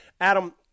Adam